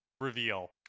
reveal